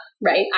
right